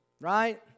right